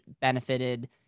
Benefited